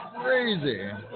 crazy